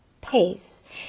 pace